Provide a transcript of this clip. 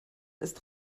ist